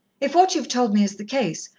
if what you have told me is the case,